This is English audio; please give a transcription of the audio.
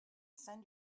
send